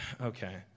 okay